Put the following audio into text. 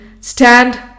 Stand